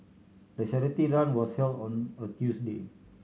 the charity run was held on a Tuesday